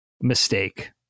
mistake